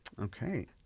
Okay